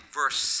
verse